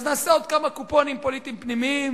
אז נעשה עוד כמה קופונים פוליטיים פנימיים,